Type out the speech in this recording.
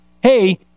hey